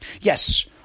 Yes